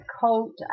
coat